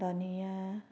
धनियाँ